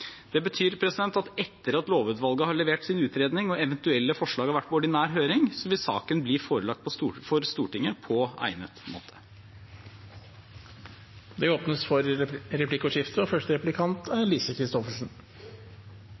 Det betyr at etter at lovutvalget har levert sin utredning, og eventuelle forslag har vært på ordinær høring, vil saken bli forelagt for Stortinget på egnet måte. Det